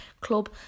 club